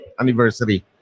anniversary